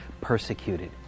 persecuted